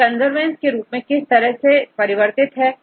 यह कन्वर्जेंस के रूप में किस तरह से परिवर्तित है